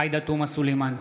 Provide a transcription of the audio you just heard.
עאידה תומא סלימאן,